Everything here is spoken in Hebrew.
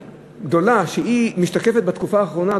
הכי גדולה שמשתקפת בתקופה האחרונה,